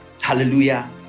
Hallelujah